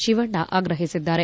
ಶಿವಣ್ಣ ಆಗ್ರಹಿಸಿದ್ದಾರೆ